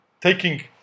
taking